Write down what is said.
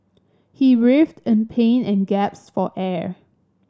he writhed in pain and gasped for air